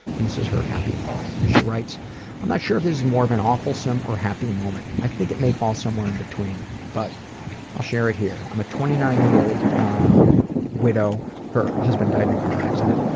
and this is her happy moment, and she writes i'm not sure if this is more of an awfulsome moment or a happy moment. i think it may fall somewhere in between, but i'll share it here. i'm a twenty nine year old ah widow her husband died in a car accident,